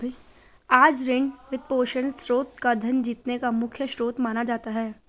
आज ऋण, वित्तपोषण स्रोत को धन जीतने का मुख्य स्रोत माना जाता है